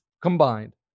combined